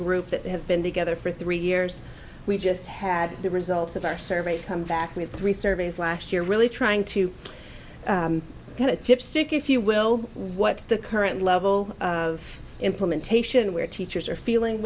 group that have been together for three years we just had the results of our survey come back with three surveys last year really trying to kind of dipstick if you will what's the current level of implementation where teachers are feeling